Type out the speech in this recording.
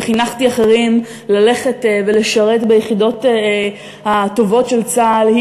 וחינכתי אחרים ללכת ולשרת ביחידות הטובות של צה"ל,